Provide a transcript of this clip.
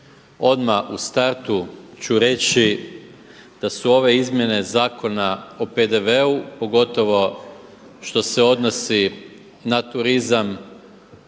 Odmah u startu ću reći da su ove izmjene Zakona o PDV-u pogotovo što se odnosi na turizam